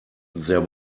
there